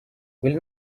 will